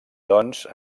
doncs